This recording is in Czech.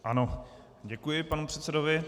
Ano, děkuji panu předsedovi.